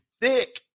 thick